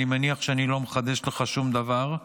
אני מניח שאני לא מחדש לך שום דבר,